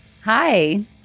Hi